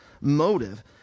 motive